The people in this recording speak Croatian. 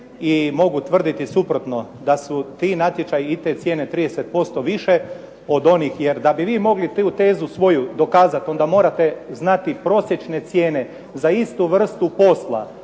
i mogu tvrditi suprotno da su ti natječaji i te cijene 30% više od onih. Jer da bi vi mogli tu tezu svoju dokazati, onda morate znati prosječne cijene za istu vrstu posla,